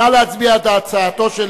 נא להצביע על הצעתו של